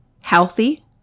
healthy